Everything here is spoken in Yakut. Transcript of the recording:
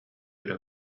эрэ